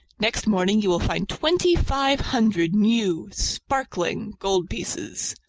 next morning you will find twenty-five hundred new, sparkling gold pieces.